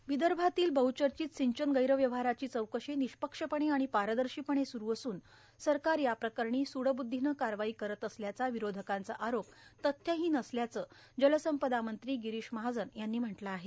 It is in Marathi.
र्यावदभातल्या बहुर्चाचत र्संचन गैरव्यवहाराची चौकशी र्निष्पक्षपणे आर्माण पारदर्शापणे सुरू असून सरकार याप्रकरणी सूडब्द्धीनं कारवाई करत असल्याचा विरोधकांचा आरोप तथ्यहोन असल्याचं जलसंपदा मंत्री गिरोश महाजन यांनी म्हटलं आहे